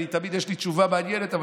תמיד יש לי תשובה מעניינת.